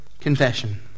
confession